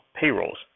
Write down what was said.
payrolls